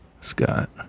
Scott